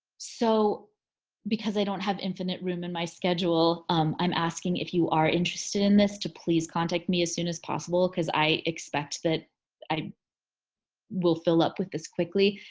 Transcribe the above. so because i don't have infinite room in my schedule um i'm asking if you are interested in this to please contact me as soon as possible cause i expect that i will fill up with this quickly.